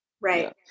right